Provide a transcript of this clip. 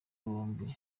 bombi